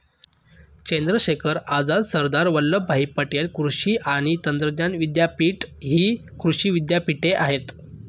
चंद्रशेखर आझाद, सरदार वल्लभभाई पटेल कृषी आणि तंत्रज्ञान विद्यापीठ हि कृषी विद्यापीठे आहेत